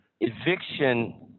eviction